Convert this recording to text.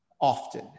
often